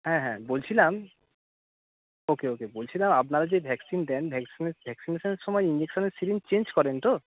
হ্যাঁ হ্যাঁ বলছিলাম ওকে ওকে বলছিলাম আপনারা যে ভ্যাকসিন দেন ভ্যাকসিনের ভ্যাকসিনেশানের সময় ইঞ্জেকশানের সিরিঞ্জ চেঞ্জ করেন তো